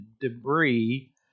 debris